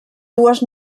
dues